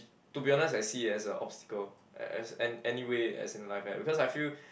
to be honest I see it as a obstacle as an~ anyway as in life at because I feel